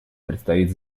предстоит